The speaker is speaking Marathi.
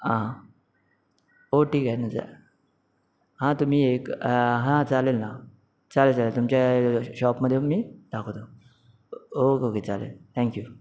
हां ठिक आहे ना चालेल ना हां तुम्ही एक हां चालेल ना चालेल चालेल तुमच्या शॉपमध्ये येऊन मी दाखवतो ओके ओके चालेल थँक यू